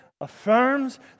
affirms